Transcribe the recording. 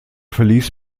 verließ